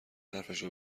حرفشو